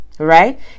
Right